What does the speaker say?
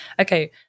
okay